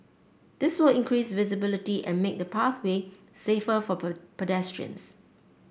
this will increase visibility and make the pathway safer for pedestrians